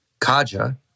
Kaja